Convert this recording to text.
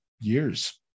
years